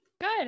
Good